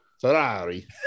Ferrari